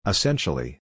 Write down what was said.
Essentially